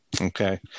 Okay